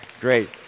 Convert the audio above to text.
Great